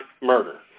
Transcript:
murder